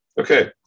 okay